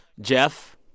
Jeff